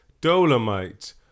Dolomite